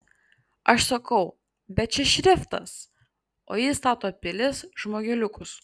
aš sakau bet čia šriftas o jis stato pilis žmogeliukus